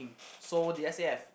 so the S_A_F